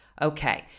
Okay